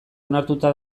onartuta